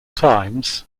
times